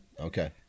Okay